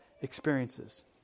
experiences